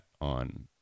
on